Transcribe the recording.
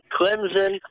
Clemson